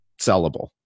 sellable